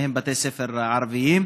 מהם בתי ספר ערביים,